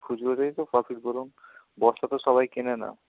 খুচরোতেই তো প্রফিট বলুন বস্তা তো সবাই কেনে না